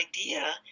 idea